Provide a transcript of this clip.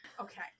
okay